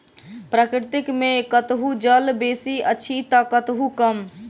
प्रकृति मे कतहु जल बेसी अछि त कतहु कम